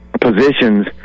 positions